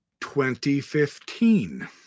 2015